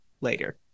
later